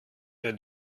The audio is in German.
der